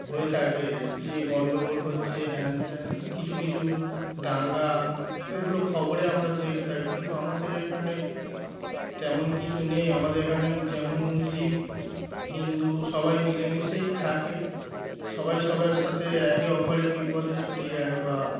হয়ে থাকে যে গণ্ডগোল হচ্ছে হ্যান ত্যান কিছু কিছু দাঙ্গা এগুলো খবরে আমরা দেখে থাকি কিন্তু আমাদের এখানে তেমন কিছু নেই আমাদের এখানে যেমন মুসলিম হিন্দু সবাই মিলেমিশেই থাকে সবাই সবার সাথে একে অপরের বিপদে ছুটে যায় বা